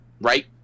right